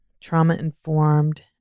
trauma-informed